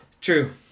True